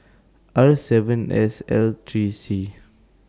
R seven S L three C